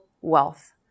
wealth